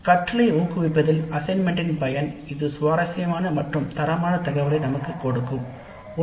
கற்றலை ஊக்குவிப்பதில் அசைன்மென்ட் டின் பயன் இது தரமான டேட்டாவை தர வல்லதாகும்